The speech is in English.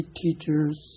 teachers